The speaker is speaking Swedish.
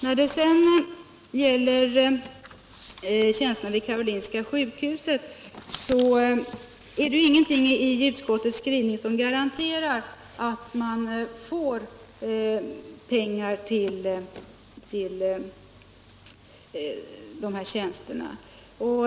När det sedan gäller tjänsterna vid Karolinska sjukhuset finns det ju ingenting i utskottets skrivning som garanterar att man får pengar till dessa tjänster.